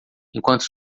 enquanto